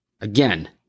Again